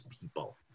people